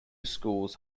schools